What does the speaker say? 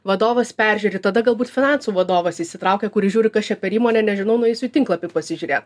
vadovas peržiūri tada galbūt finansų vadovas įsitraukia kuris žiūri kas čia per įmonė nežinau nueisiu į tinklapį pasižiūrėt